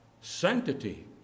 Sanctity